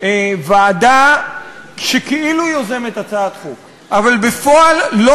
ועדה כאילו יוזמת הצעת חוק אבל בפועל לא